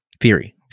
theory